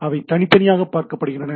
அவை தனித்தனியாக பார்க்கப்படுகின்றன